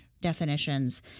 definitions